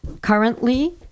currently